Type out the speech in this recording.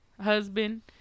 Husband